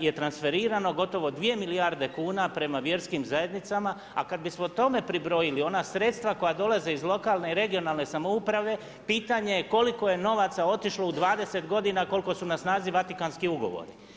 je transferirano gotovo 2 milijarde kuna prema vjerskim zajednicama a kad bismo tome pribrojili ona sredstva koja dolaze iz lokalne i regionalne samouprave, pitanje je koliko je novaca otišlo u 20 godina koliko su na snazi vatikanski ugovori.